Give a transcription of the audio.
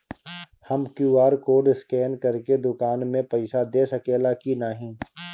हम QR code scan करके दुकान में पईसा दे सकेला की नाहीं?